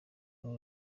uru